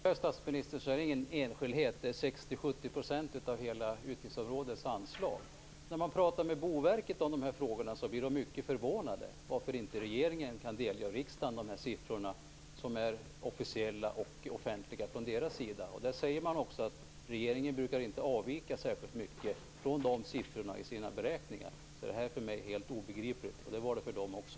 Fru talman! Det är ingen enskildhet, statsministern, utan det är 60-70 % av hela utgiftsområdets anslag. När man pratar med Boverket om det här blir de mycket förvånade över att regeringen inte kan delge riksdagen siffrorna, som från deras sida är offentliga. De säger också att regeringen i sina beräkningar inte brukar avvika särskilt mycket från dessa siffror. Det är för mig helt obegripligt, och det var det för Boverket också.